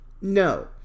No